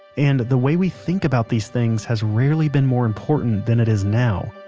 and the way we think about these things has rarely been more important than it is now.